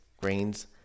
grains